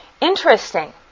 Interesting